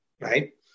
right